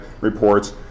reports